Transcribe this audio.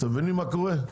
אתם מבינים מה קורה?